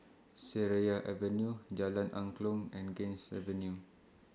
Seraya Avenue Jalan Angklong and Ganges Avenue